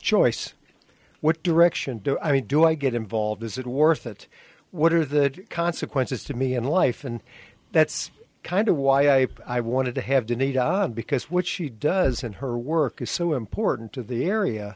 choice what direction do i mean do i get involved is it worth it what are the consequences to me in life and that's kind of why i wanted to have to need a job because what she does in her work is so important to the area